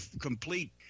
complete